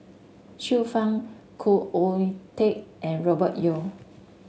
Xiu Fang Khoo Oon Teik and Robert Yeo